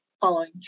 following